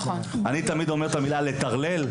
אני תמיד אומר את המילה לטרלל,